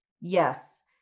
Yes